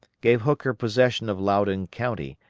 gave hooker possession of loudon county,